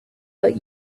but